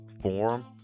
form